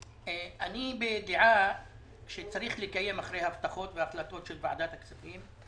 אני בדעה שצריך לקיים אחרי הבטחות ואחרי החלטות של ועדת הכספים.